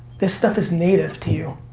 this stuff is native to you.